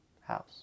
house